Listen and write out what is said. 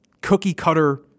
cookie-cutter